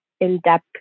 in-depth